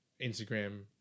Instagram